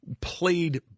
played